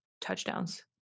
touchdowns